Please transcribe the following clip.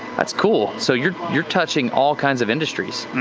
that's cool. so you're you're touching all kinds of industries.